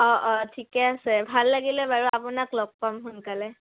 অঁ অঁ ঠিকে আছে ভাল লাগিলে বাৰু আপোনাক লগ পাম সোনকালে